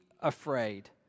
afraid